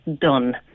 done